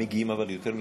אבל מגיעים יותר מתמחים?